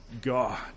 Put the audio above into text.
God